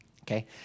Okay